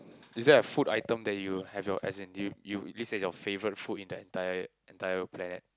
is there a food item that you have your as in you you list as your favourite food in the entire entire planet